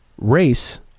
race